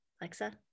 Alexa